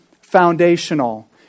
foundational